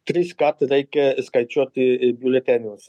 tris kart reikia skaičiuoti biuletenius